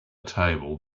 table